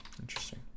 interesting